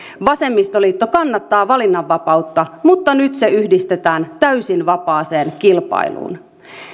vasemmistoliitto kannattaa valinnanvapautta mutta nyt se yhdistetään täysin vapaaseen kilpailuun